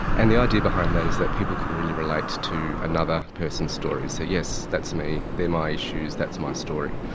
and the idea behind that is that people can really relate to another person's story and say, yes, that's me, they are my issues, that's my story.